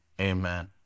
amen